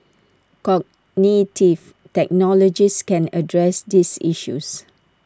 cognitive technologies can address these issues